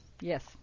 Yes